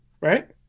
Right